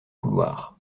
couloirs